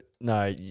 no